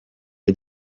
est